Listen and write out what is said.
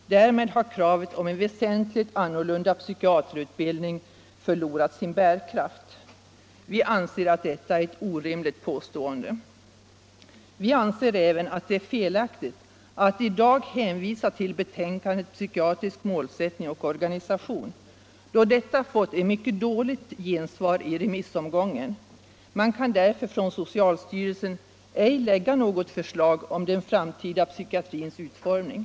Därmed har enligt betänkandet kravet på en väsentligt annorlunda psykiaterutbildning förlorat sin bärkraft. Vi anser att detta är ett orimligt påstående. Vi anser även att det är felaktigt att i dag hänvisa till betänkandet om psykiatrisk målsättning och organisation, då detta fått ett mycket dåligt gensvar i remissomgången. Man kan därför från socialstyrelsen ej lägga något förslag om den framtida psykiatrins utformning.